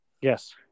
yes